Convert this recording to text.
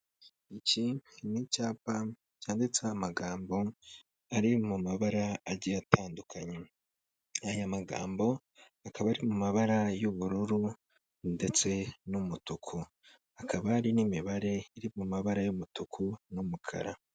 Iki ni icyapa cyanditseho amagambo ari mu mabara agiye atandukanye. Aya magambo akaba ari mu mabara y'ubururu ndetse n'umutuku hakaba hari n'imibare iri mu mabara y'umutuku n'umukara.